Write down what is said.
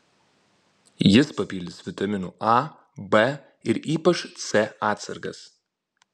jis papildys vitaminų a b ir ypač c atsargas